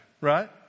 right